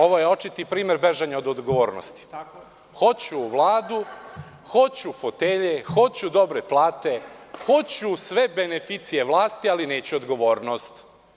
Ovo je očiti primer bežanja od odgovornosti – hoću u Vladu, hoću fotelje, hoću dobre plate, hoću sve beneficije vlasti, ali neću odgovornost.